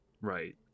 Right